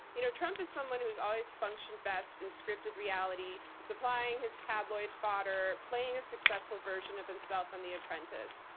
you know trump is someone who's always functioned best in scripted reality, supplying his tabloid fodder, playing a successful version of himself on the apprentice.